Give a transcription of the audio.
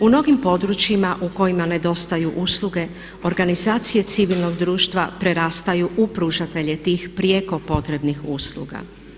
U mnogim područjima u kojima nedostaju usluge organizacije civilnog društva prerastaju u pružatelje tih prijeko potrebnih usluga.